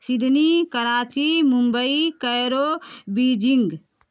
Sydney Karachi Mumbai Cairo Beijing